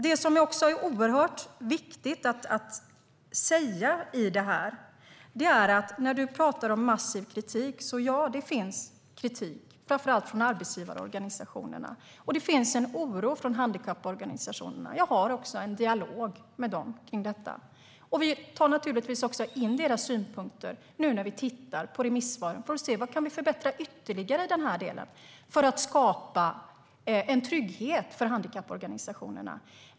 Det som också är oerhört viktigt att säga när Mats Persson talar om massiv kritik är att, ja, det finns kritik, framför allt från arbetsgivarorganisationerna. Det finns en oro från handikapporganisationerna. Jag för också en dialog med dem. Vi tar naturligtvis in handikapporganisationernas synpunkter när vi tittar på remissvaren för att se vad som kan förbättras ytterligare för att skapa trygghet.